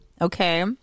okay